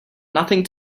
nothing